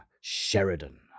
Sheridan